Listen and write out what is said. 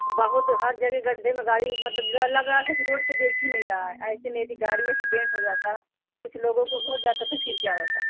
बहुत हर जगह गड्ढे में गाड़ी मतलब डर लग रहा था कि रोड पर देख ही नहीं रहा है ऐसे में यदि गाड़ी एक्सीडेंट हो जाता कुछ लोगों को हो जाता तो फिर क्या होता